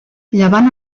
llevant